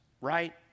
right